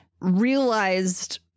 realized